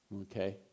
okay